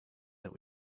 that